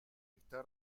está